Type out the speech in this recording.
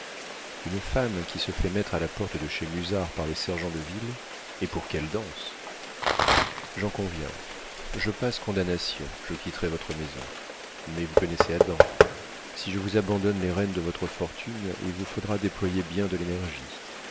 une femme qui se fait mettre à la porte de chez musard par les sergents de ville et pour quelle danse j'en conviens je passe condamnation je quitterai votre maison mais vous connaissez adam si je vous abandonne les rênes de votre fortune il vous faudra déployer bien de l'énergie